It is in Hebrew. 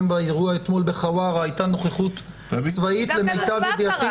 גם באירוע אתמול בחווארה הייתה נוכחות צבאית למיטב ידיעתי.